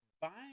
Buying